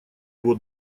его